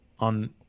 on